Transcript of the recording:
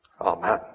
Amen